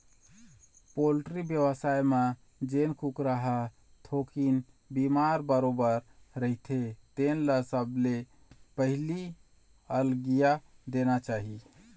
poultry बेवसाय म जेन कुकरा ह थोकिन बिमार बरोबर रहिथे तेन ल सबले पहिली अलगिया देना चाही